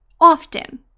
Often